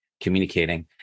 communicating